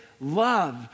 love